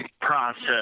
process